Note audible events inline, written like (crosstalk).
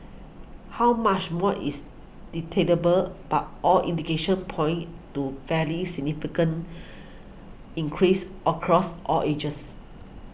how much more is debatable but all indications point to fairly significant (noise) increases across all ages